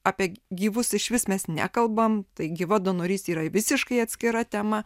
apie gyvus išvis mes nekalbam tai gyva donorystė yra visiškai atskira tema